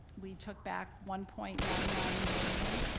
we took back one point nine nine million,